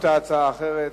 קיבלנו את ההצעה האחרת,